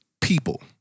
People